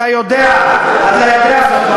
אתה יודע אתה יודע זאת,